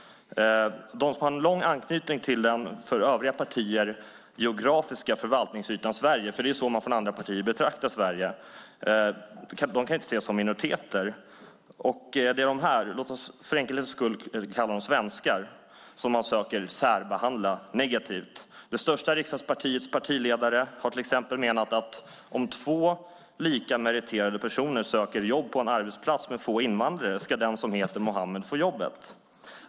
De som har lång anknytning till den för övriga partier geografiska förvaltningsytan Sverige - för det är så man från andra partier betraktar Sverige - kan inte ses som minoriteter. Det är dessa, låt oss för enkelhetens skull kalla dem svenskar, som man söker särbehandla negativt. Det största riksdagspartiets partiledare har till exempel menat att om två lika meriterade personer söker jobb på en arbetsplats med få invandrare ska den som heter Muhammed få jobbet.